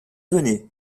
venez